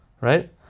Right